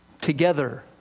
together